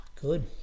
Good